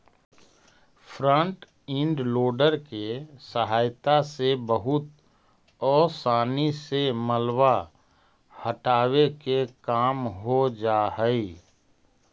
front end loader के सहायता से बहुत असानी से मलबा हटावे के काम हो जा हई